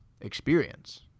experience